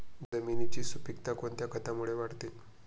जमिनीची सुपिकता कोणत्या खतामुळे वाढते?